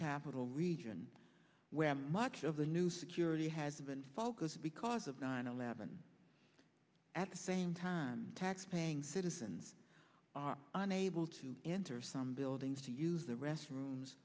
capital region where much of the new security has been focused because of nine eleven at the same time taxpaying citizens are unable to enter some buildings to use the restrooms